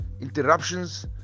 interruptions